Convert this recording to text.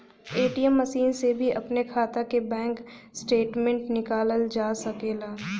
ATM machine से भी अपने खाता के बैंक स्टेटमेंट निकालल जा सकेला